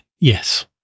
Yes